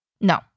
No